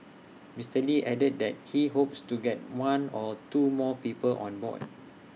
Mister lee added that he hopes to get one or two more people on board